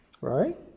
right